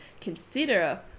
consider